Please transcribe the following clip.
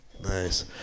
Nice